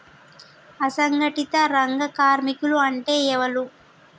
అసంఘటిత రంగ కార్మికులు అంటే ఎవలూ?